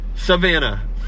Savannah